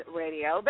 radio